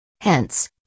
Hence